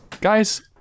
Guys